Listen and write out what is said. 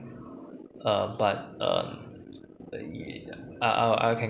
uh but um uh I I can